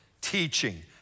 teaching